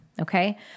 okay